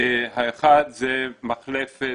האחד זה מחלף דרכים,